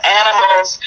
animals